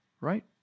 right